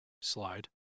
slide